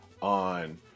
on